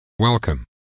Welcome